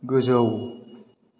गोजौ